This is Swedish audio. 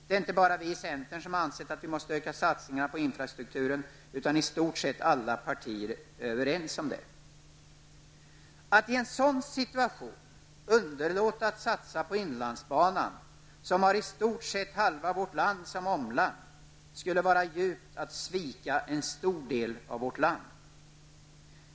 Det är inte bara vi i centern som har ansett att vi måste öka satsningarna på infrastrukturen, utan i stort sett alla partier är överens om detta. Att i en sådan situation underlåta att satsa på inlandsbanan, som har i stort sett halva vårt land som omland, skulle vara att djupt svika en stor del av vårt land.